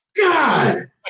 god